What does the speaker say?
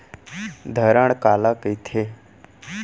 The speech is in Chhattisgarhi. धरण काला कहिथे?